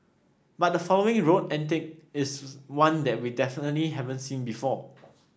but the following road antic is one that we definitely haven't seen before